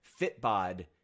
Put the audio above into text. Fitbod